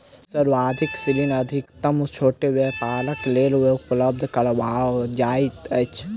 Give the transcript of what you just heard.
सावधि ऋण अधिकतम छोट व्यापारक लेल उपलब्ध कराओल जाइत अछि